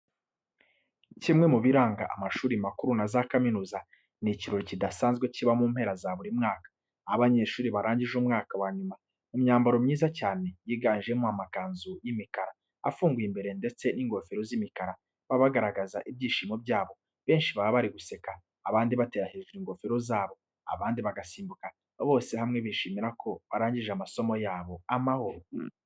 Kimwe mu biranga amashuri makuru na za kaminuza, ni ikirori kidasanzwe kiba mu mpera za buri mwaka. Aho abanyeshuri barangije umwaka wa nyuma, mu myambaro myiza cyane yiganjemo amakanzu y'imakara afunguye imbere ndetse n'ingofero z'imikara, baba bagaragaza ibyishimo byabo. Benshi baba bari guseka, abandi batera hejuru ingofero zabo, abandi bagasimbuka, bose hamwe bishimira ko barangije amasomo yabo amahoro.